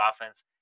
offense